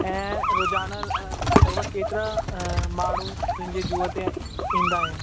ऐं रोज़ाना हो केतिरा माण्हू तुंहिंजे जूअ ते ईंदा आहिनि